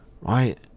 right